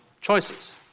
choices